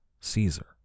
Caesar